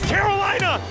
Carolina